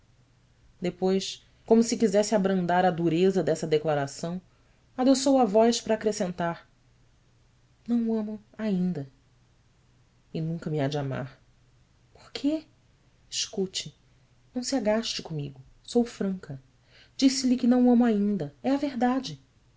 depois como se quisesse abrandar a dureza dessa declaração adoçou a voz para acrescentar ão o amo ainda nunca me há de amar or quê escute não se agaste comigo sou franca disse-lhe que não o amo ainda é a verdade